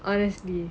honestly